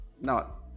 Now